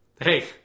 hey